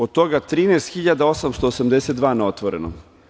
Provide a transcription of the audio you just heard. Od toga 13.882 na otvorenom.